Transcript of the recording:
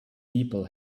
people